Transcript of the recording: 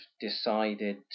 decided